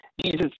Jesus